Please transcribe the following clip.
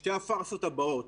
שתי הפארסות הבאות.